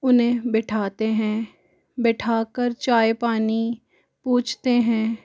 उन्हें बैठाते हैं बैठाकर चाय पानी पूछते हैं